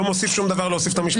מוסיף שום דבר להוסיף את המשפט הזה.